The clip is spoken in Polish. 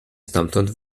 stamtąd